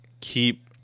keep